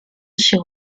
she